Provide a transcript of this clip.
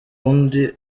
wundi